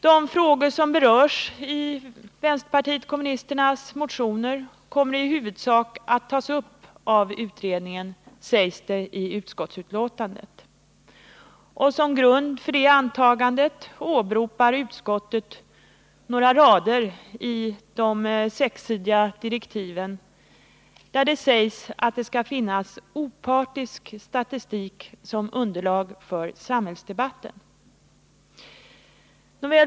De frågor som berörs i vänsterpartiet kommunisternas motioner kommer, sägs det i utskottsbetänkandet, i huvudsak att tas upp av utredningen. Som grund för detta antagande åberopar utskottet några rader i de sexsidiga direktiven där det sägs att det skall finnas ”opartisk” statistik som underlag för samhällsdebatten.